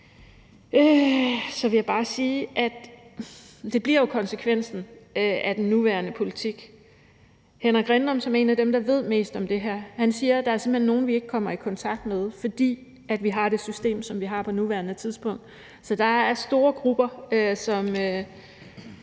vil jeg bare sige, at det jo bliver konsekvensen af den nuværende politik. Henrik Rindom, som er en af dem, der ved mest om det her, siger, at der simpelt hen er nogle, vi ikke kommer i kontakt med, fordi vi har det system, som vi har på nuværende tidspunkt. Så der er store grupper, som